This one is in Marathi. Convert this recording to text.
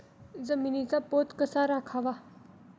जमिनीचा पोत कसा राखावा?